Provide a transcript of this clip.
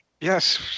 Yes